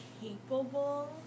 capable